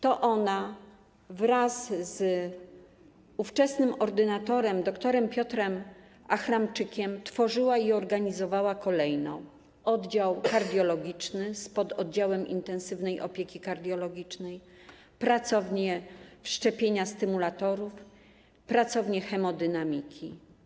To ona wraz z ówczesnym ordynatorem dr. Piotrem Achremczykiem tworzyła i organizowała kolejno oddział kardiologiczny z pododdziałem intensywnej opieki kardiologicznej, pracownię wszczepiania stymulatorów, pracownię hemodynamiki.